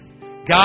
God